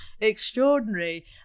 extraordinary